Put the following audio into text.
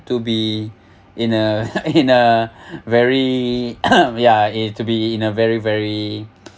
to be in a in a very ya eh to be in a very very